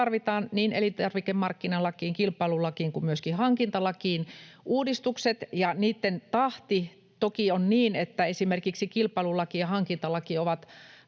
tarvitaan niin elintarvikemarkkinalakiin, kilpailulakiin kuin myöskin hankintalakiin uudistukset. Ja niitten tahti toki on niin, että esimerkiksi kilpailulaki ja hankintalaki ovat